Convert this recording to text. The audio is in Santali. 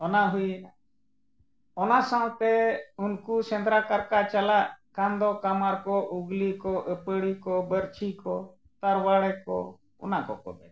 ᱚᱱᱟ ᱦᱩᱭᱱᱟ ᱚᱱᱟ ᱥᱟᱶᱛᱮ ᱩᱱᱠᱩ ᱥᱮᱸᱫᱽᱨᱟ ᱠᱟᱨᱠᱟ ᱪᱟᱞᱟᱜ ᱠᱷᱟᱱ ᱫᱚ ᱠᱟᱢᱟᱨ ᱠᱚ ᱩᱜᱽᱞᱤ ᱠᱚ ᱟᱹᱯᱟᱹᱲᱤ ᱠᱚ ᱵᱟᱹᱨᱪᱷᱤ ᱠᱚ ᱛᱟᱨᱣᱟᱲᱮ ᱠᱚ ᱚᱱᱟ ᱠᱚᱠᱚ ᱵᱮᱱᱟᱣᱟ